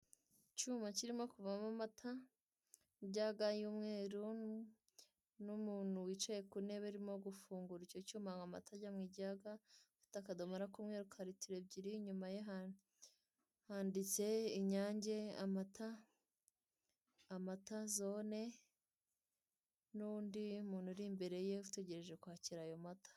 Icyuma kirimo kuvamo amata ijaga y'umweru n'umuntu wicaye ku ntebe urimo gufungura icyo cyuma ngo amata ajye mu ijaga, ufite akadomoro k'umweru ka ritiro ebyiri inyuma ye handitse inyange amata zone, n'undi muntu uri imbere ye utegereje kwakira ayo mata.